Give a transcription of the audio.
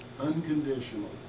unconditional